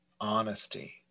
honesty